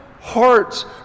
hearts